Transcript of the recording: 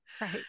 Right